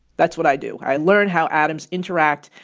that's what i do. i learn how atoms interact,